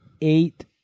eight